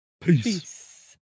Peace